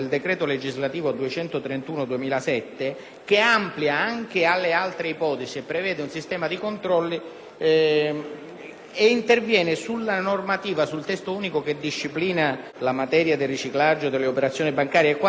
e interviene su una normativa, il Testo unico che disciplina la materia del riciclaggio, delle operazioni bancarie e quant'altro, con riferimento sia agli obblighi di adeguata verifica della clientela sia al regime della disciplina sanzionatoria.